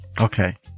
Okay